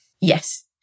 Yes